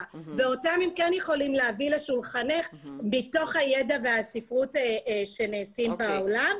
ואותם הם כן יכולים להביא לשולחנך מתוך הידע והספרות שנעשים בעולם.